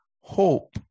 hope